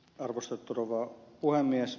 arvostettu rouva puhemies